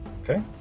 Okay